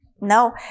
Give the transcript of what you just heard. No